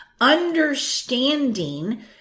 understanding